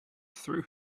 threw